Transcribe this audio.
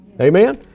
Amen